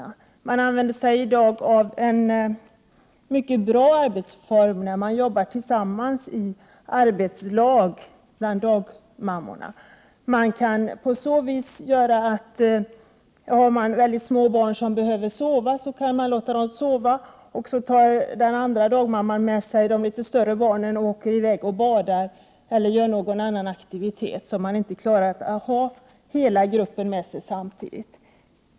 I dag använder man sig av en mycket bra arbetsform när man bland dagmammorna arbetar tillsammans i ett arbetslag. På så vis kan man dela upp barnen. Man kan låta de små barnen som behöver sova göra det hos en dagmamma. Någon annan dagmamma kan då ta med sig de litet större barnen och åka iväg och bada eller bedriva någon annan aktivitet där man inte klarar av att ha hela gruppen med sig samtidigt.